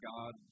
God